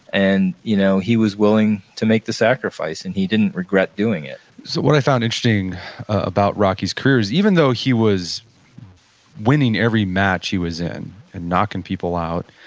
and you know he was willing to make the sacrifice, and he didn't regret doing it what i found interesting about rocky's career is even though he was winning every match he was in and knocking people out,